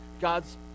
God's